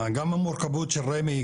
גם המורכבות של רמ"י,